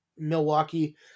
milwaukee